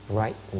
right